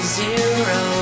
zero